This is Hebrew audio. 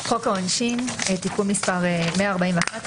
"חוק העונשין (תיקון מס' 141),